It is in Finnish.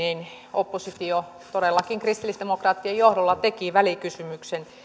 oppositio todellakin kristillisdemokraattien johdolla teki välikysymyksen